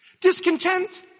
Discontent